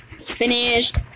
Finished